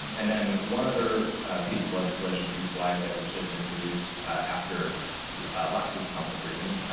and then one other piece of legislation to flag that was just introduced after last week's council briefing.